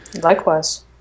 Likewise